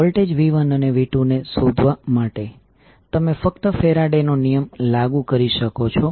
voltage v1 અને v2ને શોધવા માટે તમે ફક્ત ફેરાડે નો નિયમ Faradays law લાગુ કરી શકો છો